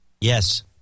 Yes